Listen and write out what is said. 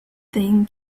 thing